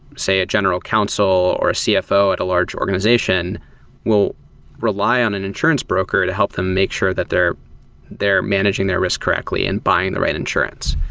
say, a general counsel, or a cfo at a large organization will rely on an insurance broker to help them make sure that they're they're managing their risk correctly and buying the right insurance.